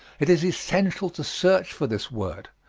it is essential to search for this word,